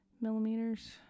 millimeters